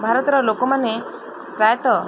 ଭାରତର ଲୋକମାନେ ପ୍ରାୟତଃ